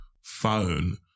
phone